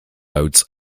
boats